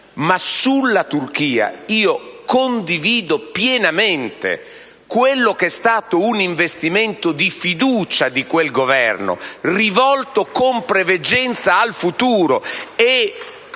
ma sulla Turchia condivido pienamente quello che è stato un investimento di fiducia di quel Governo rivolto con preveggenza al futuro.